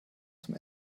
zum